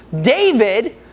David